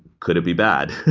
could it be bad?